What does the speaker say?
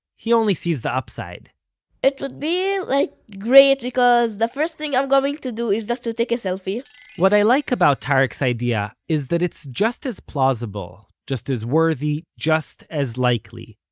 he only sees the upside it would be like great because the first thing i'm going to do is just to take a selfie what i like about tareq's idea is that it's just as plausible, just as worthy, just as likely,